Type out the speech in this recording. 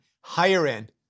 higher-end